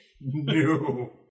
No